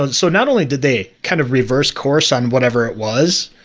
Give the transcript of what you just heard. and so not only did they kind of reverse course on whatever it was,